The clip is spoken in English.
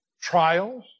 Trials